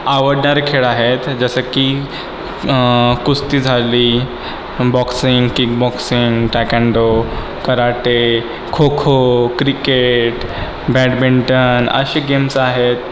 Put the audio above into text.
आवडणारे खेळ आहेत जसं की कुस्ती झाली boxing kick boxing taekwondo karate kho kho cricket badminton असे गेम्स आहेत